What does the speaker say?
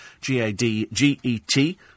G-A-D-G-E-T